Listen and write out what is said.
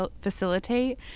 facilitate